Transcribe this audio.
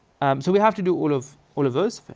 um so we have to do all of, all of those